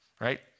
right